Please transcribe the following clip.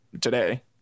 today